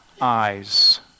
eyes